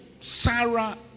Sarah